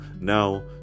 Now